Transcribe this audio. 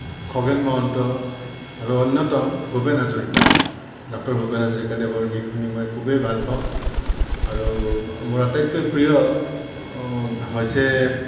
খগেন মহন্ত আৰু অন্যতম ভূপেন হাজৰিকা ডক্তৰ ভূপেন হাজৰিকাদেৱৰ গীত শুনি মই খুবেই ভাল পাওঁ আৰু মোৰ আতাইতকৈ প্ৰিয় হৈছে